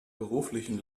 beruflichen